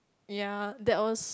ya that was